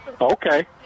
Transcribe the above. Okay